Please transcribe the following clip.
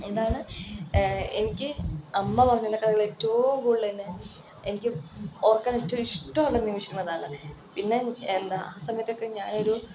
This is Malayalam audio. എന്താണ് എനിക്ക് അമ്മ പറഞ്ഞതിനേക്കാളും ഏറ്റവും കൂടുതൽ എന്നെ എനിക്ക് ഓർക്കാൻ ഏറ്റവും ഇഷ്ടമുള്ള നിമിഷങ്ങൾ അതാണ് പിന്നെ എന്താ ആ സമയത്തൊക്കെ ഞാനൊരു